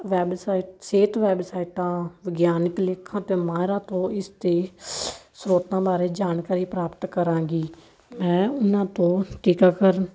website ਸਿਹਤ ਵੈਬਸਾਈਟਾਂ ਵਿਗਿਆਨਿਕ ਲੇਖਾਂ ਅਤੇ ਮਾਹਿਰਾਂ ਤੋਂ ਇਸ ਦੇ ਸਰੋਤਾਂ ਬਾਰੇ ਜਾਣਕਾਰੀ ਪ੍ਰਾਪਤ ਕਰਾਂਗੀ ਮੈਂ ਉਹਨਾਂ ਤੋਂ ਟੀਕਾਕਰਨ